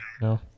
No